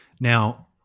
now